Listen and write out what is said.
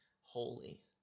holy